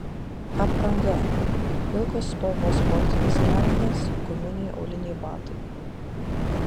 apranga pilkos spalvos sportinės kelnės guminiai auliniai batai